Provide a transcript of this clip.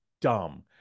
dumb